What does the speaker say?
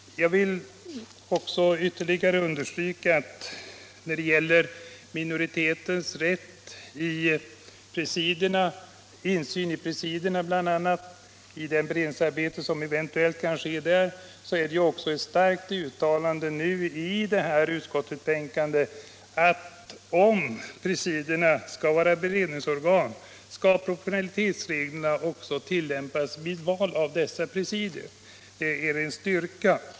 Jag vill också ytterligare understryka att när det gäller minoritetens rätt till bl.a. insyn i presidierna vid det beredningsarbete som eventuellt sker där, så finns det ett starkt uttalande här i utskottsbetänkandet att om presidierna skall vara beredningsorgan skall proportionalitetsreglerna tillämpas också vid val av dessa presidier. Det är en styrka.